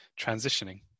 transitioning